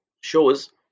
shows